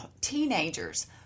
Teenagers